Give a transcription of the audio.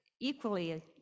equally